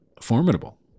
formidable